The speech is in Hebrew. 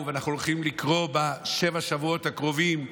ואנחנו הולכים לקרוא בשבעת השבועות הקרובים,